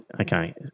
Okay